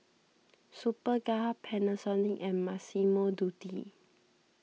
Superga Panasonic and Massimo Dutti